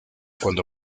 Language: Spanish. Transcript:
cuando